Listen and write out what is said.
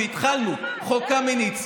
והתחלנו: חוק קמיניץ,